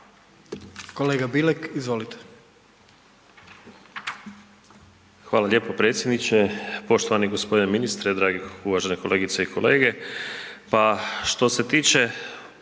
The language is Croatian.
(Nezavisni)** Hvala lijepo predsjedniče. Poštovani gospodine ministre, dragi, uvaženi kolegice i kolege